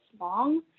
long